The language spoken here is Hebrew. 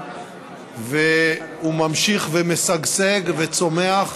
הוא ממשיך ומשגשג וצומח,